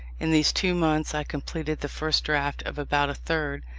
in these two months i completed the first draft of about a third,